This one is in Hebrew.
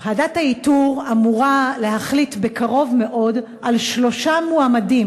אמורה להחליט בקרוב מאוד על שלושה מועמדים